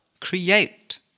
create